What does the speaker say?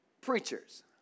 preachers